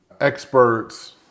experts